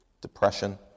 depression